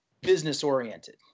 business-oriented